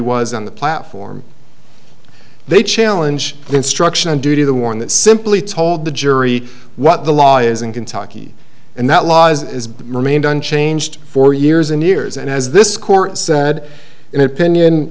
was on the platform they challenge the instruction and do to the one that simply told the jury what the law is in kentucky and that law is as remained unchanged for years and years and as this court said an opinion